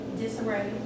disarray